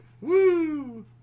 Woo